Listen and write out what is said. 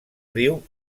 riu